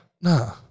Nah